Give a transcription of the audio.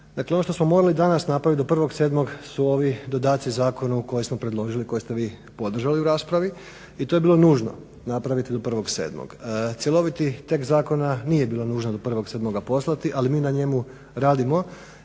dakle ono što smo morali danas napraviti do 1.7.su ovi dodaci zakonu koje smo predložili koje ste vi podržali u raspravi i to je bilo nužno napraviti do 1.7. Cjeloviti tekst zakona nije bilo nužno do 1.7.poslati ali mi na njemu radimo